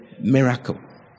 miracle